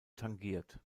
tangiert